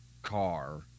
Car